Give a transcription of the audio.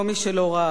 ומה הוא אמר?